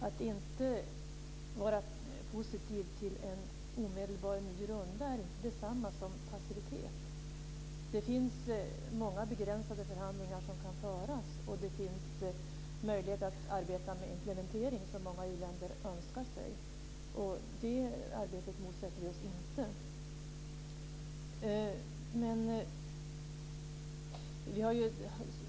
Att inte vara positiv till en omedelbar ny runda är inte detsamma som passivitet. Det finns många begränsade förhandlingar som kan föras, och det finns möjlighet att arbeta med implementering som många u-länder önskar. Det arbetet motsätter vi oss inte.